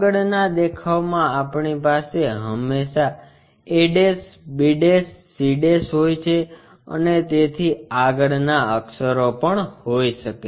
આગળનાં દેખાવમાં આપણી પાસે હંમેશાં a b c હોય છે અને તેથી આગળ ના અક્ષરો પણ હોઈ શકે